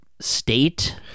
State